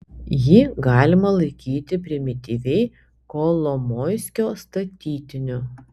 jį galima laikyti primityviai kolomoiskio statytiniu